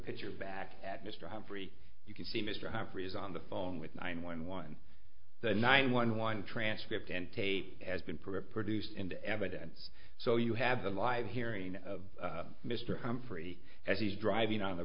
picture back at mr humphrey you can see mr humphries on the phone with nine one one the nine one one transcript and tape has been prepped produced and evidence so you have the live hearing of mr humphrey as he's driving on the